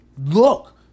look